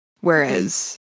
Whereas